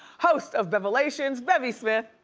host of bevelations, bevy smith!